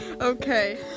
Okay